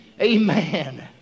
Amen